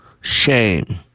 Shame